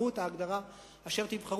תבחרו את ההגדרה אשר תבחרו,